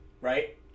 right